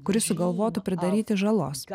kuri sugalvotų pridaryti žalos